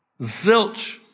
Zilch